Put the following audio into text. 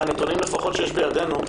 מהנתונים שיש בידינו,